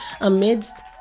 amidst